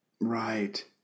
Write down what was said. Right